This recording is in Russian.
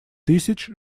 тысяч